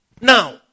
now